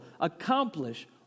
accomplish